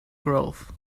growth